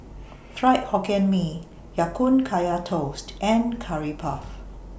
Fried Hokkien Mee Ya Kun Kaya Toast and Curry Puff